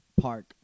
park